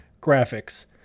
graphics